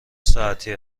ساعتی